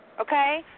Okay